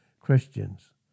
Christians